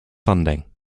funding